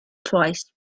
twice